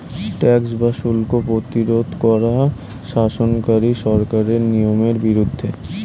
tax বা শুল্ক প্রতিরোধ করা শাসনকারী সরকারের নিয়মের বিরুদ্ধে